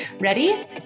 Ready